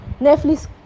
Netflix